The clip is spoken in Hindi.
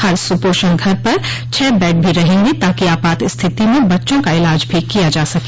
हर सुपोषण घर पर छह बेड भी रहेंगे ताकि आपात स्थिति में बच्चों का इलाज भी किया जा सके